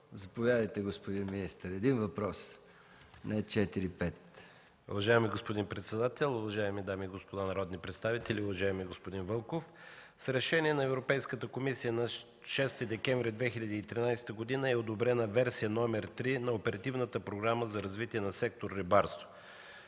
Заповядайте, господин министър. Това е един въпрос, а не 4-5. МИНИСТЪР ДИМИТЪР ГРЕКОВ: Уважаеми господин председател, уважаеми дами и господа народни представители! Уважаеми господин Вълков, с решение на Европейската комисия на 6 декември 2013 г. е одобрена Версия № 3 на Оперативната програма за развитие на сектор „Рибарство”.